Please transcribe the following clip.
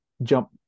jump